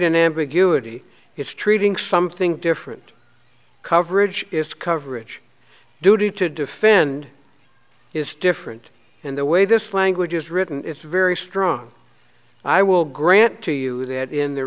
ambiguity it's treating something different coverage is coverage do to defend is different and the way this language is written it's very strong i will grant to you that in the